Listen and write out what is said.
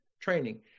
training